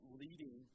leading